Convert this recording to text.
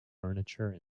furniture